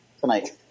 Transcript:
tonight